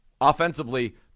offensively